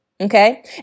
okay